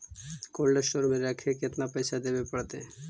Cold store में रखे में केतना पैसा देवे पड़तै है?